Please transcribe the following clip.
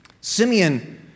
Simeon